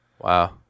Wow